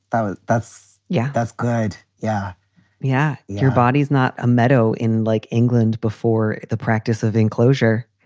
so that's. yeah, that's good. yeah yeah. your body's not a meadow in like england before the practice of enclosure.